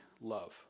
love